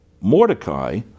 Mordecai